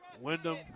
Wyndham